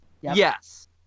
Yes